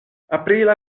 aprila